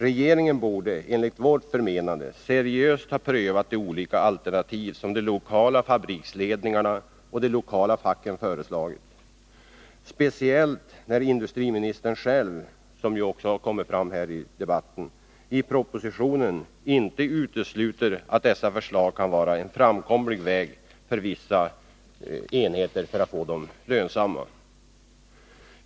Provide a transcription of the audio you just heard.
Regeringen borde enligt vårt förmenande seriöst ha prövat de olika alternativ som de lokala fabriksledningarna och de lokala facken föreslagit, speciellt när industriministern själv i propositionen inte utesluter, vilket ju också kommit fram här i debatten, att dessa förslag kan vara en framkomlig väg för att få vissa enheter lönsamma.